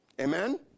Amen